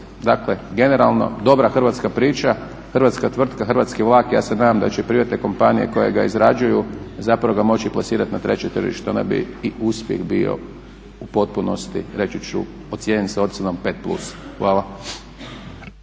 Dakle, generalno dobra hrvatska priča, hrvatska tvrtka, hrvatski vlak. Ja se nadam da će privatne kompanije koje ga izrađuju zapravo ga moći plasirati i na treće tržište onda bi i uspjeh bio u potpunosti reći ću ocijenjen sa ocjenom 5 plus. Hvala.